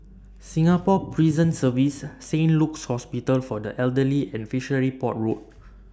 Singapore Prison Service Saint Luke's Hospital For The Elderly and Fishery Port Road